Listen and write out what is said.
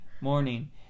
morning